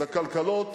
לכלכלות